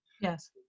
Yes